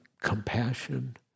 compassion